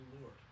lord